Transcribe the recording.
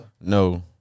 No